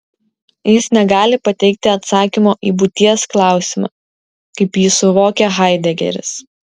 jis negali pateikti atsakymo į būties klausimą kaip jį suvokia haidegeris